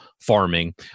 farming